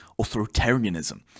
authoritarianism